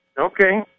Okay